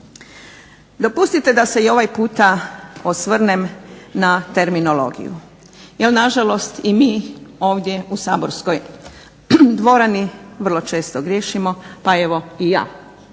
Dopustite da se i ovaj puta osvrnem na terminologiju jer nažalost i mi ovdje u saborskoj dvorani vrlo često griješimo pa evo i ja.